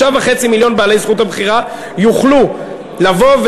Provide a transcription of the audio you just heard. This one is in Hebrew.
5.5 מיליון בעלי זכות הבחירה יוכלו לבוא,